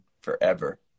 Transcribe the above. forever